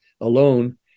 alone